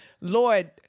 Lord